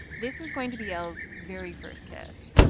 this was going to be l's very first kiss.